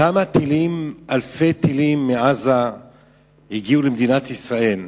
כמה טילים, אלפי טילים מעזה הגיעו למדינת ישראל.